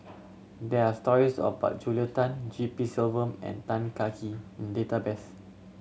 there are stories about Julia Tan G P Selvam and Tan Kah Kee in database